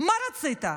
מה רצית?